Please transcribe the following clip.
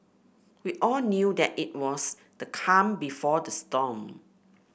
we all knew that it was the calm before the storm